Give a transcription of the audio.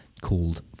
called